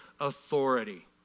authority